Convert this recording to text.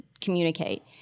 communicate